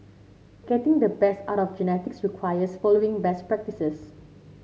getting the best out of the genetics requires following best practises